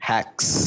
Hacks